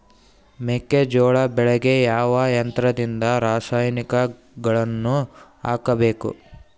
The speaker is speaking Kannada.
ಮೆಕ್ಕೆಜೋಳ ಬೆಳೆಗೆ ಯಾವ ಯಂತ್ರದಿಂದ ರಾಸಾಯನಿಕಗಳನ್ನು ಹಾಕಬಹುದು?